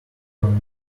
one